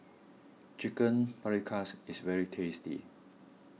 Chicken Paprikas is very tasty